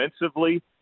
defensively –